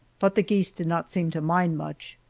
but the geese did not seem to mind much.